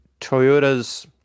Toyota's